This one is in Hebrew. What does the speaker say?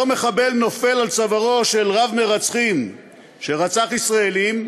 אותו מחבל נופל על צווארו של רב-מרצחים שרצח ישראלים,